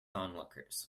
onlookers